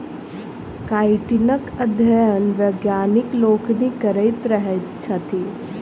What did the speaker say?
काइटीनक अध्ययन वैज्ञानिक लोकनि करैत रहैत छथि